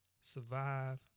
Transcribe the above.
survive